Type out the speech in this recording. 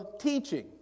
teaching